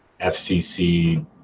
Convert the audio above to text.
FCC